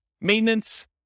Maintenance